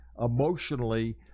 emotionally